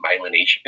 myelination